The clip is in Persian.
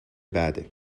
بعده